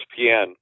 ESPN